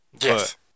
Yes